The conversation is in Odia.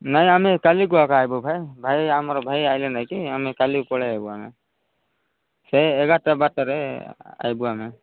ନାଇଁ ଆମେ କାଲିକୁ ଆକା ଆସିବୁ ଭାଇ ଭାଇ ଆମର ଭାଇ ଆସିଲେ ନାଇଁକି ଆମେ କାଲିକୁ ପଳାଇ ଆସିବୁ ଆମେ ସେ ଏଗାରଟା ବାରଟାରେ ଆସିବୁ ଆମେ